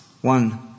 one